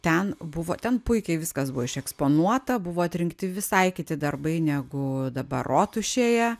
ten buvo ten puikiai viskas buvo išeksponuota buvo atrinkti visai kiti darbai negu dabar rotušėje